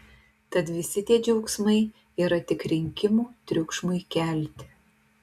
tad visi tie džiaugsmai yra tik rinkimų triukšmui kelti